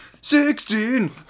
Sixteen